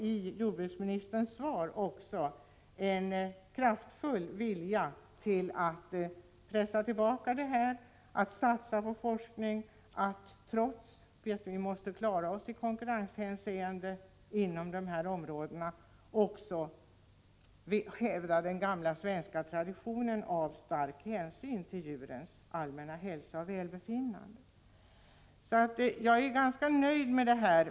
I jordbruksministerns svar kan jag också skönja en kraftfull vilja att pressa tillbaka denna utveckling, att satsa på forskning, och att jordbruksministern, trots att vi måste klara oss i konkurrenshänseende inom dessa områden, också vill hävda den gamla svenska traditionen att ta stor hänsyn till djurens hälsa och allmänna välbefinnande. Jag är ganska nöjd med vad jordbruksministern har redovisat i dag.